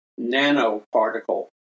nanoparticle